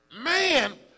Man